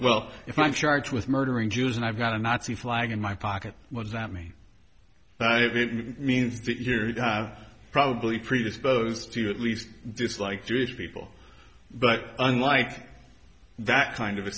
well if i'm charged with murdering jews and i've got a nazi flag in my pocket was that me it means that you're probably predisposed to at least dislike jewish people but unlike that kind of a